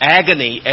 agony